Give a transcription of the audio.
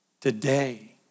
today